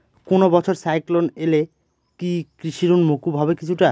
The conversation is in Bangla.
কোনো বছর সাইক্লোন এলে কি কৃষি ঋণ মকুব হবে কিছুটা?